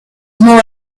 more